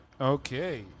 Okay